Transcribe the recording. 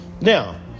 Now